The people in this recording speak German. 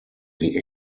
die